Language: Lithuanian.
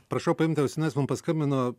prašau paimti ausines mum paskambino